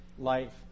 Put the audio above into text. life